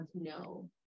no